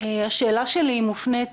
השאלה שלי מופנית